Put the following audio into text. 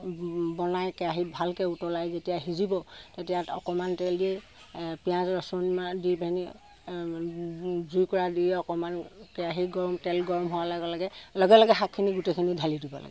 বনাই কেৰাহিত ভালকৈ উতলাই যেতিয়া সিজিব তেতিয়া অকণমান তেল দি পিঁয়াজ ৰচোন দি পেনি জুইকোৰা দি অকণমান কেৰাহি গৰম তেল গৰম হোৱা লগে লগে লগে লগে শাকখিনি গোটেখিনি ঢালি দিব লাগে